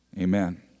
Amen